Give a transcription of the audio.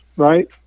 Right